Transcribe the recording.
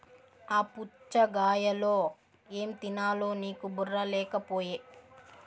ఆ పుచ్ఛగాయలో ఏం తినాలో నీకు బుర్ర లేకపోయె